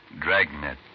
Dragnet